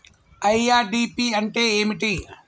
IRDP అంటే ఏమిటి?